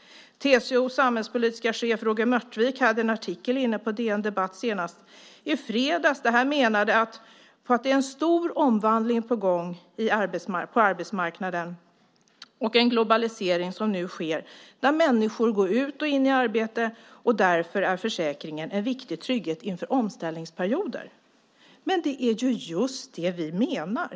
TCO:s samhällspolitiska chef Roger Mörtvik hade en artikel inne på DN Debatt senast i fredags där han menade att det är en stor omvandling på gång på arbetsmarknaden och en globalisering som nu sker, där människor går ut och in i arbete, och därför är försäkringen en viktig trygghet inför omställningsperioder. Det är just det vi menar.